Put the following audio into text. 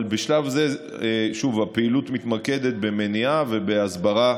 אבל בשלב זה הפעילות מתמקדת במניעה ובהסברה